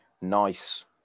nice